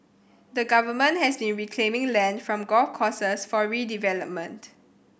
the government has been reclaiming land from golf courses for redevelopment